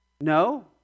No